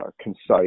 concise